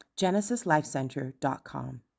genesislifecenter.com